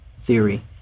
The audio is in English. theory